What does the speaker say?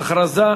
הודעה